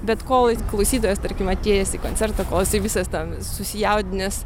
bet kol klausytojas tarkim atėjęs į koncertą kol jisai visas ten susijaudinęs